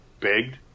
begged